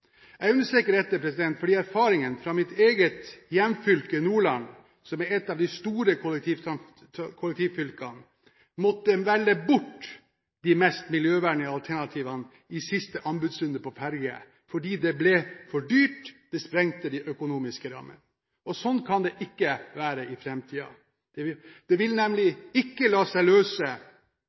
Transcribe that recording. Jeg understreker dette, for erfaringen fra mitt eget hjemfylke – Nordland, et av de store kollektivfylkene – er at fordi det ble for dyrt, måtte en velge bort de mest miljøvennlige alternativene i siste anbudsrunde for ferger. Det sprengte de økonomiske rammene. Sånn kan det ikke være i framtiden. Det vil nemlig ikke la seg